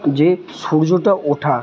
যে সূর্যটা ওঠা